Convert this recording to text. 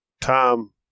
Tom